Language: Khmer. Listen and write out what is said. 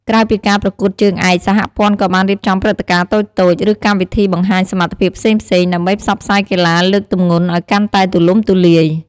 ក្រៅពីការប្រកួតជើងឯក សហព័ន្ធក៏បានរៀបចំព្រឹត្តិការណ៍តូចៗ ឬកម្មវិធីបង្ហាញសមត្ថភាពផ្សេងៗ ដើម្បីផ្សព្វផ្សាយកីឡាលើកទម្ងន់ឱ្យកាន់តែទូលំទូលាយ។